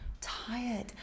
tired